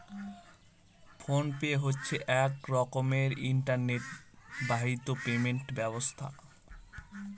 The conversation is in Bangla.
ফোন পে হচ্ছে এক রকমের ইন্টারনেট বাহিত পেমেন্ট ব্যবস্থা